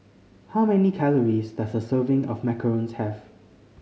how many calories does a serving of Macarons have